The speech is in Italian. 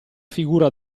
figura